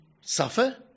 suffer